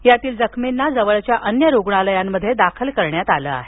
यातील जखमींना जवळच्या अन्य रुग्णालयांमध्ये दाखल करण्यात आलं आहे